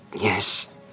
Yes